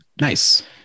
Nice